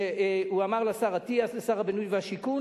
שהוא אמר לשר אטיאס, לשר הבינוי והשיכון,